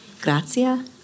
Grazia